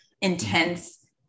intense